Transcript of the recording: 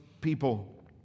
people